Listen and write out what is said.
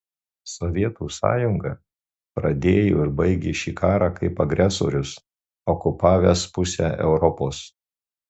sovietų sąjunga pradėjo ir baigė šį karą kaip agresorius okupavęs pusę europos